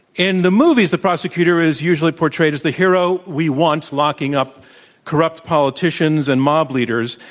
in the movies, the prosecutor is usually portrayed as the hero we want locking up corrupt politicians and mob leaders.